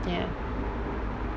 ya